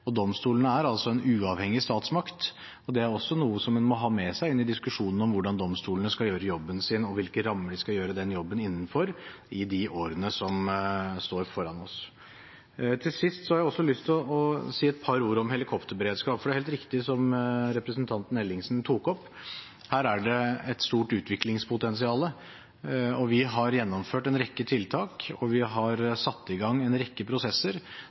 Domstolene er altså en uavhengig statsmakt. Det er også noe som man må ha med seg inn i diskusjonen om hvordan domstolene skal gjøre jobben sin, og hvilke rammer de skal gjør den jobben innenfor i de årene som står foran oss. Til sist har jeg også lyst til å si et par ord om helikopterberedskap. Det er helt riktig, som representanten Ellingsen tok opp, at her er det et stort utviklingspotensial. Vi har gjennomført en rekke tiltak, og vi har satt i gang en rekke prosesser,